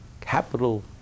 Capital